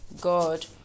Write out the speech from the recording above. God